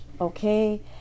okay